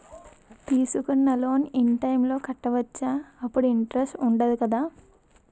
తీసుకున్న loan in time లో కట్టవచ్చ? అప్పుడు ఇంటరెస్ట్ వుందదు కదా?